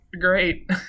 Great